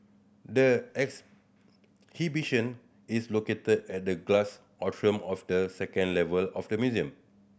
the exhibition is located at the glass atrium of the second level of the museum